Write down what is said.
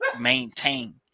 maintain